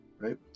right